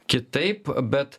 kitaip bet